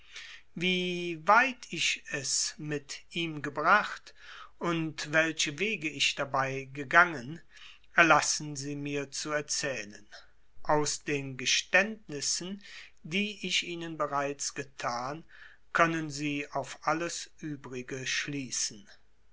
wie weit ich es mit ihm gebracht und welche wege ich dabei gegangen erlassen sie mir zu erzählen aus den geständnissen die ich ihnen bereits getan können sie auf alles übrige schließen